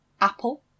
Apple